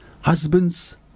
husbands